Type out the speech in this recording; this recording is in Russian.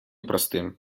простым